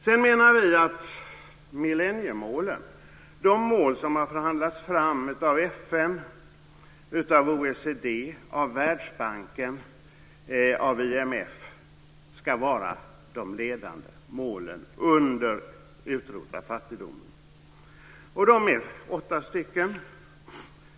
Sedan menar vi att millenniemålen, de mål som har förhandlats fram av FN, OECD, Världsbanken och IMF, ska vara de ledande målen när det gäller att utrota fattigdomen. Målen är åtta stycken.